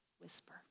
whisper